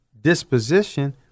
disposition